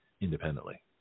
independently